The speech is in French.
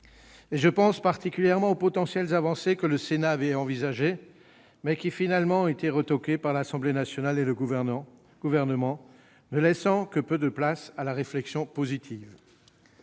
Je pense particulièrement aux potentielles avancées que le Sénat avait envisagées, mais qui ont finalement été rejetées par l'Assemblée nationale et le Gouvernement, ne laissant que peu de place à la réflexion positive.